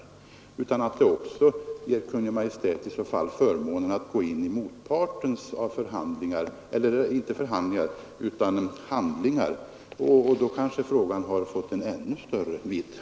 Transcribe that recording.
Kungl. Maj:t får väl i så fall förmånen att gå in i motpartens handlingar, och då kanske frågan har fått en ännu större vidd.